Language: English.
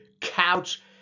couch